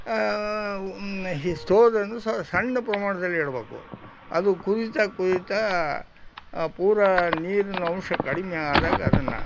ಈ ಸ್ಟೋವನ್ನು ಸಣ್ಣ ಪ್ರಮಾಣದಲ್ಲಿ ಇಡಬೇಕು ಅದು ಕುದಿತ ಕುದಿತಾ ಪೂರ ನೀರಿನ ಅಂಶ ಕಡಿಮೆ ಆದಾಗ ಅದನ್ನು